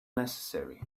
necessary